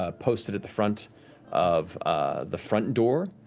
ah posted at the front of the front door,